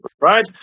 right